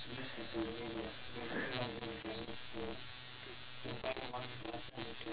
ya but then I'm sure the government knows what he or she is doing because